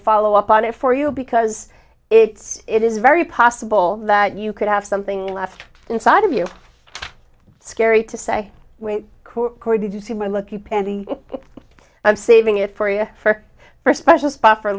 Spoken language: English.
follow up on it for you because it's it is very possible that you could have something left inside of you scary to say wait did you see my lucky penny i'm saving it for you for for a special spot for